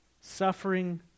Suffering